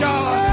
God